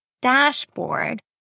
dashboard